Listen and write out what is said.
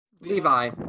Levi